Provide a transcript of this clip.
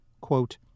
Quote